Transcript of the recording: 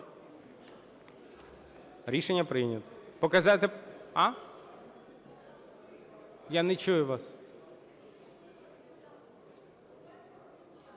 Рішення прийнято. Показати… А? Я не чую вас.